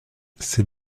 c’est